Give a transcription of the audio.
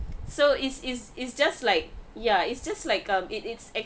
so is is is just like ya it's just like um it it's